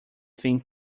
think